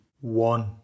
one